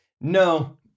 No